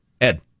Ed